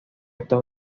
estos